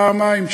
פעמיים,